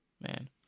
Man